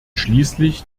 schließlich